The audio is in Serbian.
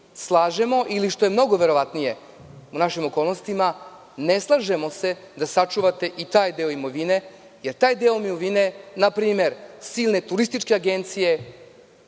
slažemo, ili, što je mnogo verovatnije u našim okolnostima – ne slažemo se da sačuvate i taj deo imovine, jer taj imovine, npr. silne turističke agencije,